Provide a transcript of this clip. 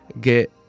get